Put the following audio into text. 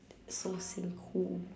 so 辛苦